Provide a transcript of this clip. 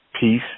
peace